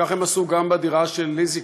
כך הם עשו גם בדירה של ליזיקה,